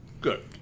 Good